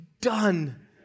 done